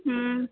ह्म्म